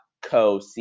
co